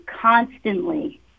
constantly